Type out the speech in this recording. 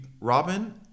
robin